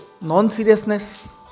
non-seriousness